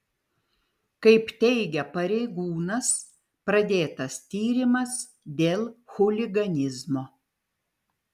kaip teigia pareigūnas pradėtas tyrimas dėl chuliganizmo